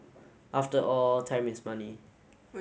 after all time is money